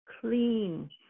clean